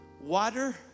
water